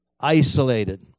isolated